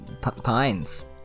pines